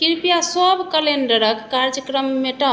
कृपया सब कैलेंडरक कार्यक्रम मेटाउ